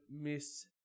miss